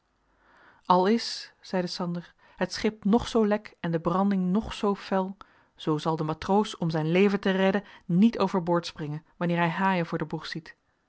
al is zeide sander het schip nog zoo lek en de branding nog zoo fel zoo zal de matroos om zijn leven te redden niet overboord springen wanneer hij haaien voor den boeg ziet